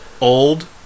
old